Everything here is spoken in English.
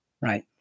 Right